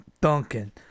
Duncan